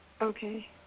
Okay